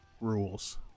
rules